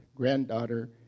granddaughter